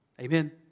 Amen